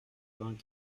vingt